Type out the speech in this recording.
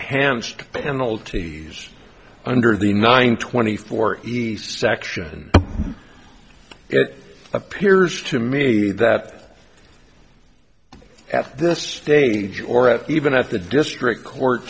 hampstead penalties under the nine twenty four in the section it appears to me that at this stage or at even at the district court